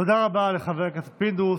תודה רבה לחבר הכנסת פינדרוס.